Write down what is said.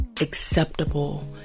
acceptable